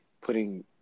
putting